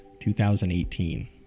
2018